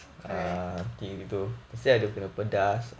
correct